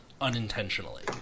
unintentionally